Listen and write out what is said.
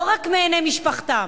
לא רק מעיני משפחתם,